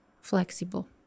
flexible